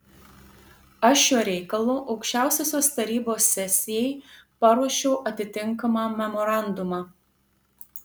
aš šiuo reikalu aukščiausiosios tarybos sesijai paruošiau atitinkamą memorandumą